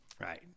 Right